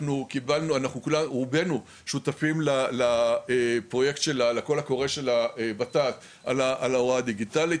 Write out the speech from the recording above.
אנחנו רובנו שותפים לקול הקורא של הות"ת על ההוראה הדיגיטלית.